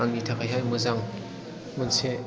आंनि थाखायहाय मोजां मोनसे